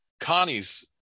Connie's